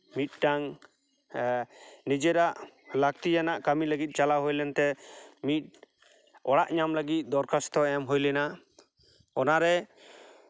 ᱢᱤᱫᱴᱟᱱ ᱱᱤᱡᱮᱨᱟᱜ ᱞᱟᱹᱠᱛᱤᱭᱟᱱᱟᱜ ᱠᱟᱹᱢᱤ ᱞᱟᱹᱜᱤᱫ ᱪᱟᱞᱟᱣ ᱦᱩᱭᱞᱮᱱ ᱛᱮ ᱢᱤᱫ ᱚᱲᱟᱜ ᱧᱟᱢ ᱞᱟᱹᱜᱤᱫ ᱫᱚᱨᱠᱷᱟᱥᱛᱚ ᱮᱢ ᱦᱩᱭ ᱞᱮᱱᱟ ᱚᱱᱟᱨᱮ